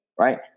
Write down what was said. right